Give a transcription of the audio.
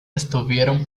estuvieron